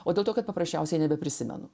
o dėl to kad paprasčiausiai nebeprisimenu